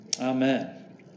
Amen